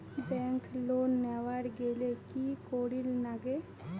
Bank loan নেওয়ার গেইলে কি করীর নাগে?